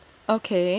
okay